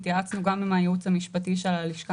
התייעצנו גם עם הייעוץ המשפטי של הלשכה